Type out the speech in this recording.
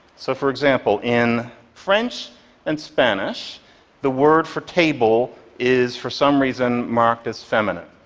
so for example, in french and spanish the word for table is, for some reason, marked as feminine.